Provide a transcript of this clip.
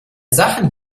sachen